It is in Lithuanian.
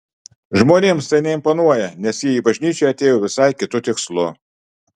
žmonėms tai neimponuoja nes jie į bažnyčią atėjo visai kitu tikslu